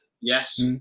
Yes